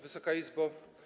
Wysoka Izbo!